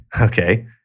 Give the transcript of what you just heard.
okay